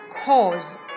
cause